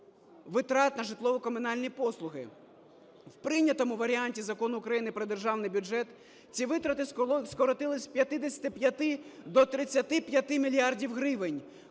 витрат на житлово-комунальні послуги. У прийнятому варіанті Закону України про державний бюджет ці витрати скоротилися з 55-и до 35 мільярдів гривень,